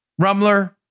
Rumler